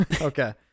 Okay